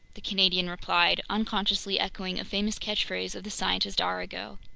the canadian replied, unconsciously echoing a famous catchphrase of the scientist arago.